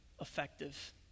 effective